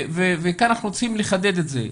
כאן אנחנו רוצים לחדד את זה.